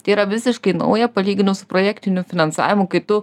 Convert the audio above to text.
tai yra visiškai nauja palyginus su projektiniu finansavimu kai tu